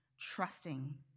trusting